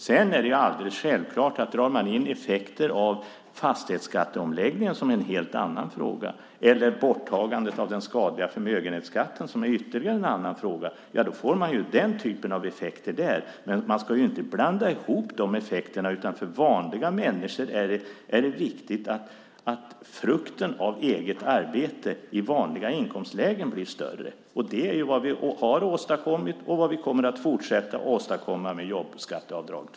Sedan är det ju alldeles självklart att drar man in effekter av fastighetsskatteomläggningen eller borttagandet av förmögenhetsskatten som är helt andra frågor får man ju den typen av effekt där, men man ska inte blanda ihop effekterna. För vanliga människor är det viktigt att frukten av eget arbete i vanliga inkomstlägen blir större. Det är vad vi har åstadkommit och vad vi kommer att fortsätta att åstadkomma med utvidgningen av jobbskatteavdraget.